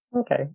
Okay